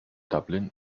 dublin